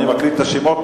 אני מקריא את השמות,